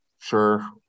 sure